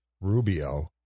Rubio